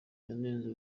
yanenze